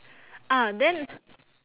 ah then